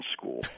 school